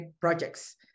projects